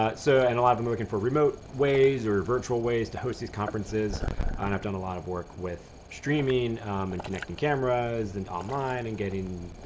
ah so and a lot of them are looking for remote ways or virtual ways to host these conferences. and i've done a lot of work with streaming and connecting cameras and online and getting